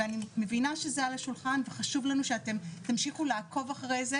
אני מבינה שזה על השולחן וחשוב לנו שאתם תמשיכו לעקוב אחרי זה,